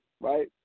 right